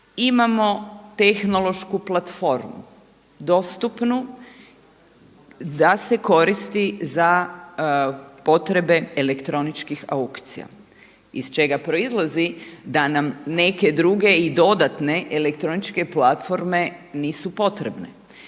imamo tehnološku platformu dostupnu da se koristi za potrebe elektroničkih aukcija iz čega proizlazi da nam neke druge i dodatne elektroničke platforme nisu potrebne